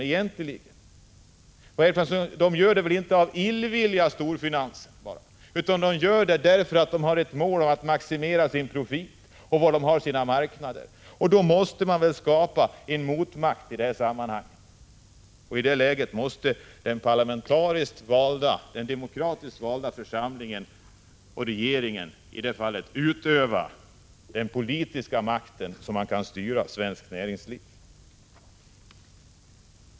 De gör det väl inte av illvilja, utan därför att de har som mål att maximera sin profit och utöka sina marknader. Därför måste man skapa en motmakt, och i det läget måste den demokratiskt valda parlamentariska församlingen och regeringen utöva den politiska makten så att man kan styra svenskt näringsliv.